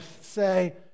say